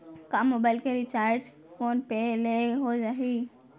का मोबाइल के recharge phone पे ले हो जाही?